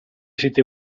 siti